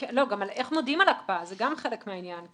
גם חלק מהעניין.